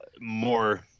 more